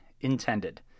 intended